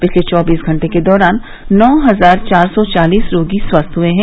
पिछले चौबीस घंटे के दौरान नौ हजार चार सौ चालीस रोगी स्वस्थ हुए हैं